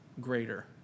greater